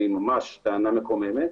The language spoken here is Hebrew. שהיא ממש טענה מקוממת,